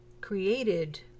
created